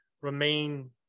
remain